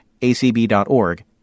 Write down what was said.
acb.org